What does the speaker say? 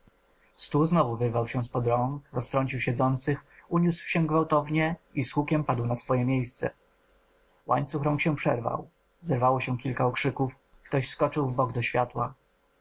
stół znowu wyrwał się z pod rąk roztrącił siedzących uniósł się gwałtownie i z hukiem padł na swoje miejsce łańcuch rąk się przerwał zerwało się kilka okrzyków ktoś skoczył wbok do światła